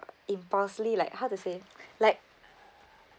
impulsely like how to say like